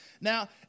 Now